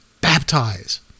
baptize